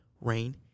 rain